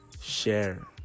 share